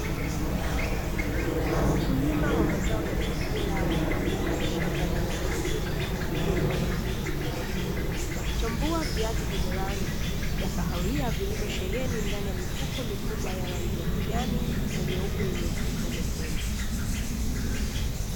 Wakulima wa mazao ya chakula wakiwa mbele ya shamba la mahindi lililozungukwa na miti mirefu, wakichambua viazi vyenye rangi ya kahawia vilivyosheheni ndani ya mifuko mikubwa ya rangi ya kijani na nyeupe, yenye ufito mwekundu.